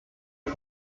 den